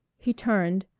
he turned,